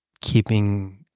keeping